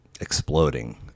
exploding